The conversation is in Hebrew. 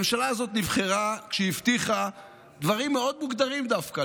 הממשלה הזאת נבחרה כשהבטיחה דברים מאוד מוגדרים דווקא,